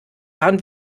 waren